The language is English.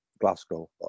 glasgow